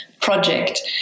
project